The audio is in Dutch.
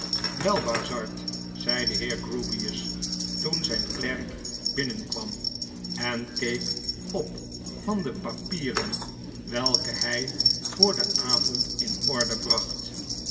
wel bazzard zei de heer grewgious toen zfln klerk binnenkwam en keek op van de papieren welke hy voor den avond in orde bracht